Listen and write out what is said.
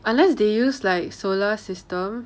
unless they use like solar system